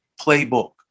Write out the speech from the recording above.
playbook